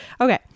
Okay